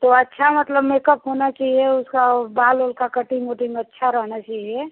तो अच्छा मतलब मेकअप होना चाहिए उसका ओ बाल ओल का कटिंग ओटिंग अच्छा रहना चाहिए